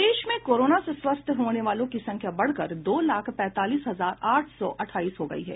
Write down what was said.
प्रदेश में कोरोना से स्वस्थ होने वालों की संख्या बढ़कर दो लाख पैंतालीस हजार आठ सौ अठाईस हो गयी है